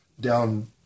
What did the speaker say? down